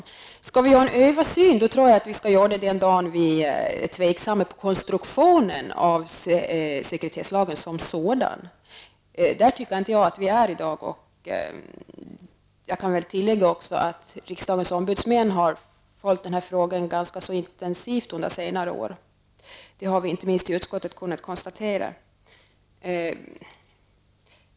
Om vi skall göra en översyn tror jag att vi skall göra en sådan den dag vi är osäkra på konstruktionen av lagen som sådan. Det tycker jag inte att vi är i dag. Jag kan väl även tillägga att riksdagens ombudsmän har följt den här frågan ganska intensivt under senare år. Det har inte minst vi i utskottet kunnat konstatera.